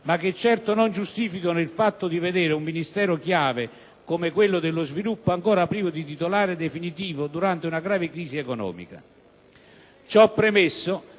ma che certo non giustificano il fatto di vedere un Ministero chiave come quello dello sviluppo ancora privo di titolare definitivo durante una grave crisi economica. Ciò premesso,